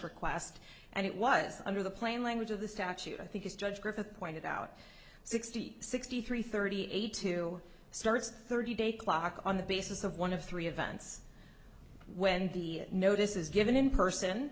request and it was under the plain language of the statute i think this judge griffith pointed out sixty eight sixty three thirty eight two starts thirty day clock on the basis of one of three events when the notice is given in person